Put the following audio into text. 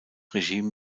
regime